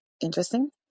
interesting